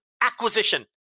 acquisition